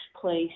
place